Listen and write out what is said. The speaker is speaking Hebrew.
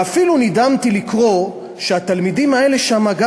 ואפילו נדהמתי לקרוא שהתלמידים האלה שם, גם